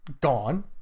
gone